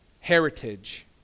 heritage